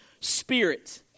Spirit